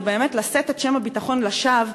זה באמת לשאת את שם הביטחון לשווא,